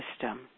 system